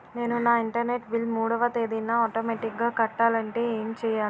నేను నా internet bill మూడవ తేదీన ఆటోమేటిగ్గా కట్టాలంటే ఏం చేయాలి?